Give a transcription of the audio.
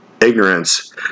ignorance